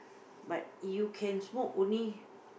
but you can smoke only